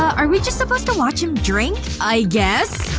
are we just supposed to watch him drink? i guess?